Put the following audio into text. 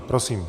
Prosím.